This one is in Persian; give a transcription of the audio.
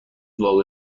وافع